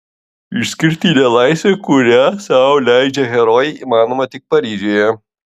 išskirtinė laisvė kurią sau leidžia herojai įmanoma tik paryžiuje